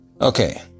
Okay